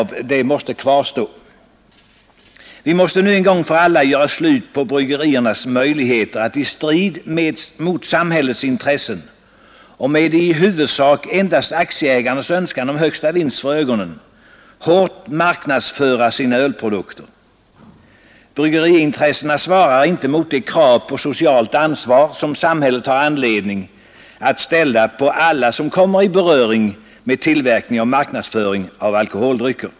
Vi måste nu en gång för alla göra slut på bryggeriernas möjligheter att i strid mot samhällets intressen och med i huvudsak endast aktieägarnas önskan om högsta vinst för ögonen hårt marknadsföra sina ölprodukter. Bryggeriintressena svarar inte mot de krav på socialt ansvar som samhället har anledning att ställa på alla som kommer i beröring med tillverkning och marknadsföring av alkoholdrycker.